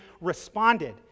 responded